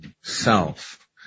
self